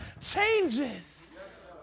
changes